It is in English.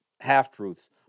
half-truths